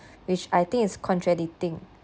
which I think is contradicting